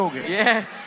Yes